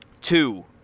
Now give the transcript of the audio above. two